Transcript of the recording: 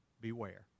beware